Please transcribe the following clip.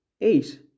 eight